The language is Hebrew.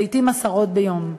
לעתים עשרות ביום.